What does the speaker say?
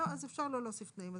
לא, אז אפשר לא להוסיף תנאים.